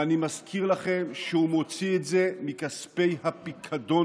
ואני מזכיר לכם שהוא מוציא את זה מכספי הפיקדון,